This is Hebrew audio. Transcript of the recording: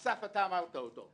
אסף, אמרת אותו.